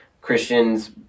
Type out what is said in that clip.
Christians